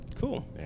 Cool